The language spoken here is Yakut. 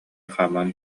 хааман